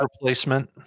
replacement